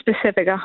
specific